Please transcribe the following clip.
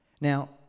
Now